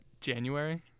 January